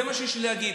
זה מה שיש לי להגיד.